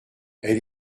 elle